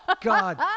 God